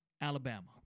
Alabama